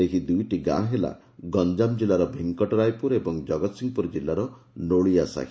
ସେହି ଦୂଇଟି ଗାଁ ହେଲା ଗଞ୍ଞାମ ଜିଲ୍ଗାର ଭେଙ୍କଟରାୟପୁର ଏବଂ ଜଗତସିଂହପୁର କିଲ୍ଲାର ନୋଳିଆ ସାହି